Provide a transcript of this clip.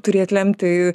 turėt lemtį